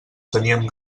teníem